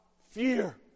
fear